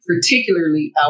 particularly